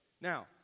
Now